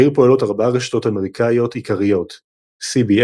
בעיר פועלות ארבע רשתות אמריקאיות עיקריות ABC,